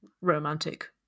romantic